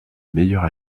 meilleure